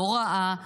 לא ראה,